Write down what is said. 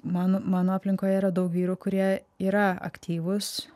man mano aplinkoje yra daug vyrų kurie yra aktyvūs